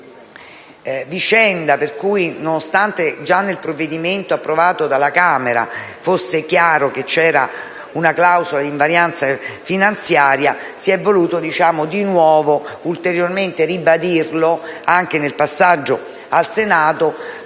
Tra l'altro, nonostante già nel provvedimento approvato dalla Camera fosse chiaro che c'era una clausola di invarianza finanziaria, si è voluto di nuovo ulteriormente ribadirlo anche nel passaggio al Senato,